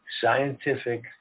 scientific